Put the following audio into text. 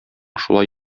шулай